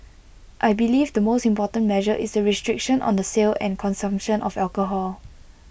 I believe the most important measure is the restriction on the sale and consumption of alcohol